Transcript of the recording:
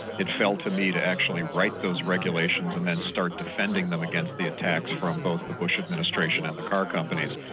it fell to me to actually write those regulations and then start defending them against the attacks from both the bush administration and the car companies.